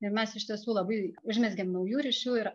ir mes iš tiesų labai užmezgėm naujų ryšių ir